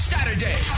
Saturday